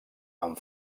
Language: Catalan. amb